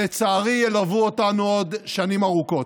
שלצערי ילוו אותנו עוד שנים ארוכות.